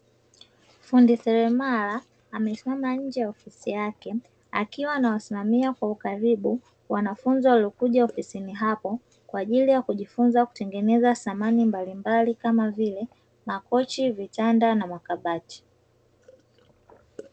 Fundi seremala amesimama nje ya ofisi yake akiwa anawasimamia kwa ukaribu wanafunzi waliokuja ofisini hapo kwa ajili ya kujifunza kutengeneza samani mbalimbali kama vile makochi, vitanda na makabati.